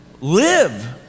live